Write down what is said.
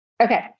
Okay